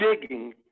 digging